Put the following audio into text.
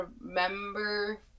remember